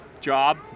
job